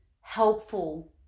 helpful